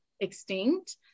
extinct